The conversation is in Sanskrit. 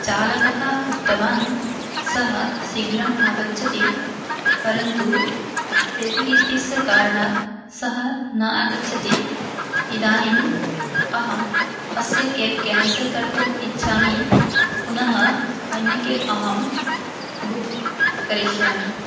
चालकः उक्तवान् सः शीघ्रम् आगच्छति परन्तु ट्रेफ़िक् इत्यस्य कारणात् सः न आगच्छति इदानीम् अहम् अस्य केब् केन्सल् कर्तुम् इच्छामि पुनः अन्य केब् अहं बुक् करिष्यामि